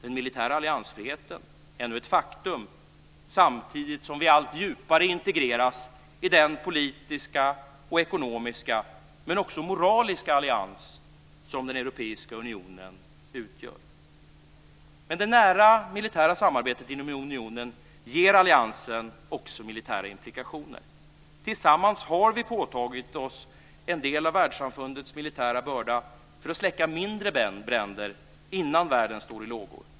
Den militära alliansfriheten är ännu ett faktum, samtidigt som vi allt djupare integreras i den politiska och ekonomiska men också moraliska allians som den europeiska unionen utgör. Det nära militära samarbetet inom unionen ger alliansen också militära implikationer. Tillsammans har vi påtagit oss en del av världssamfundets militära börda för att släcka mindre bränder innan världen står i lågor.